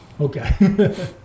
Okay